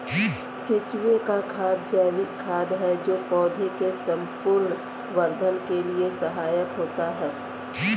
केंचुए का खाद जैविक खाद है जो पौधे के संपूर्ण वर्धन के लिए सहायक होता है